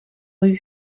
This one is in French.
rue